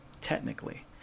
Technically